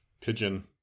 pigeon